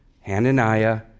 Hananiah